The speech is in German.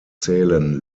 zählen